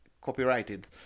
copyrighted